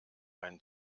einen